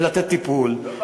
ולתת טיפול.